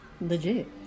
Legit